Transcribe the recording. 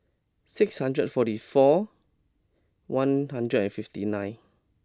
six hundred forty four one hundred and fifty nine